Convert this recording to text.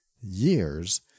years